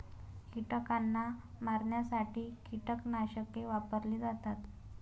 कीटकांना मारण्यासाठी कीटकनाशके वापरली जातात